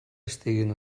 estiguin